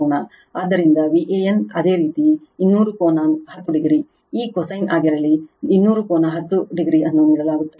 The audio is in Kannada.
ಆದ್ದರಿಂದ Van ಅದೇ ರೀತಿ 200 ಕೋನ 10 o ಈ ಕೊಸೈನ್ ಆಗಿರಲಿ 200 ಕೋನ 10 o ಅನ್ನು ನೀಡಲಾಗುತ್ತದೆ